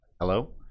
Hello